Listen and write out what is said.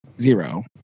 zero